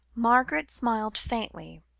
margaret smiled faintly,